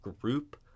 group